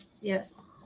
Yes